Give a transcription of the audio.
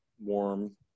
warm